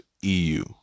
eu